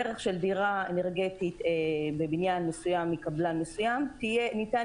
ערך של דירה אנרגטי בבניין מסוים מקבלן מסוים ניתן